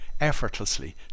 effortlessly